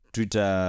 Twitter